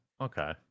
okay